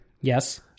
Yes